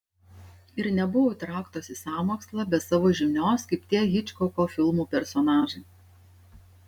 ir nebuvo įtrauktas į sąmokslą be savo žinios kaip tie hičkoko filmų personažai